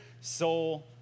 soul